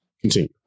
continue